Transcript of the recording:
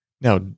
Now